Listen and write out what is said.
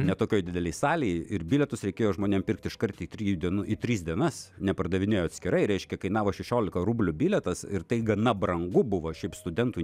ne tokioj didelėj salėj ir bilietus reikėjo žmonėm pirkt iškart į trijų dienų į tris dienas nepardavinėjo atskirai reiškia kainavo šešiolika rublių bilietas ir tai gana brangu buvo šiaip studentui